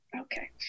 Okay